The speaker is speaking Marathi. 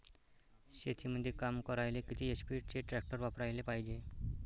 शेतीमंदी काम करायले किती एच.पी चे ट्रॅक्टर वापरायले पायजे?